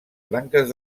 branques